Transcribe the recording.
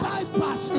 Bypass